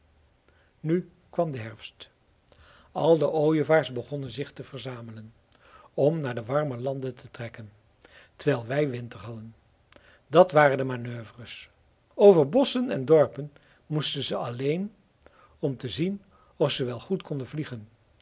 nu kwam de herfst al de ooievaars begonnen zich te verzamelen om naar de warme landen te trekken terwijl wij winter hadden dat waren de manoeuvres over bosschen en dorpen moesten ze alleen om te zien of ze wel goed konden vliegen